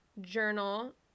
journal